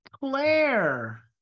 claire